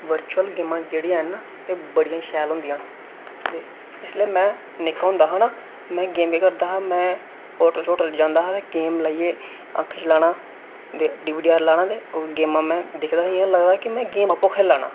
virtual गेमां जेहड़ियां ऐन ना ते बड़ियां शैल होंदियां ते जिस्सले मैं निक्का होंदा हा ना ते मैं के करदा हा में होटल शोटल जंदा हा में गेम लाइयै अक्ख च लाना ते डीवीडीआर लाना ते गेमां मैं दिखदा हा ते इ'यां लगदा हा गेम में आपूं खेढा ना